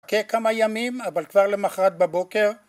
כן כמה ימים אבל כבר למחרת בבוקר